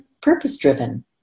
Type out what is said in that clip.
purpose-driven